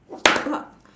!alamak!